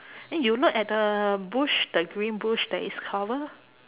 eh you look at the bush the green bush that is covered